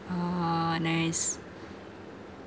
ah nice